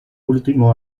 último